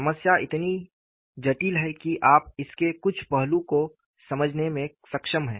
समस्या इतनी जटिल है कि आप इसके कुछ पहलू को समझने में सक्षम हैं